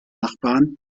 nachbarn